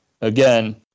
again